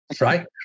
Right